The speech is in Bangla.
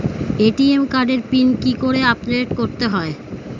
এ.টি.এম কার্ডের পিন কি করে আপডেট করতে হয়?